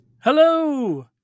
hello